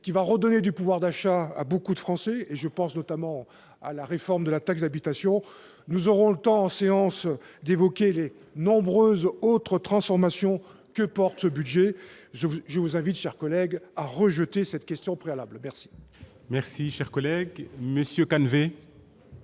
qui va redonner du pouvoir d'achat à beaucoup de Français, je pense notamment à la réforme de la taxe d'habitation, nous aurons le temps en séance d'évoquer les nombreuses autres transformations qu'importe ce budget je vous, je vous invite, chers collègues, a rejeté cette question préalable Bercy. Merci, cher collègue, Monsieur, Kamerhe.